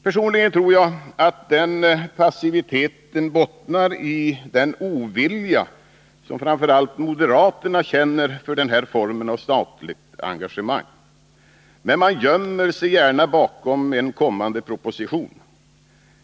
Personligen tror jag att den passiviteten bottnar i den ovilja som framför allt moderaterna känner för den här formen av statligt engagemang, men man gömmer sig bakom en kommande proposition.